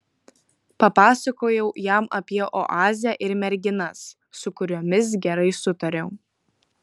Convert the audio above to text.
papasakojau jam apie oazę ir merginas su kuriomis gerai sutariau